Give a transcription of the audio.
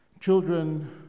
Children